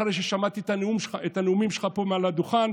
אחרי ששמעתי את הנאומים שלך פה מעל הדוכן,